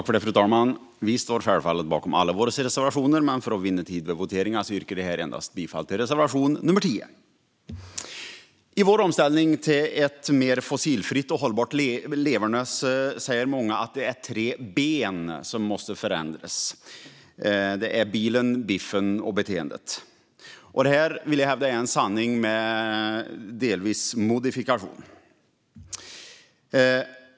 Fru talman! Vi står självfallet bakom alla våra reservationer, men för att vinna tid vid voteringen yrkar jag bifall endast till reservation 10. I vår omställning till ett mer fossilfritt och hållbart leverne säger många att det är tre b:na som måste förändras: bilen, biffen och beteendet. Det här, vill jag hävda, är delvis en sanning med modifikation.